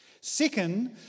Second